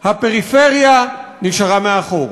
הפריפריה, נשארה מאחור,